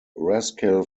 rascal